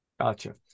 Gotcha